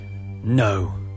No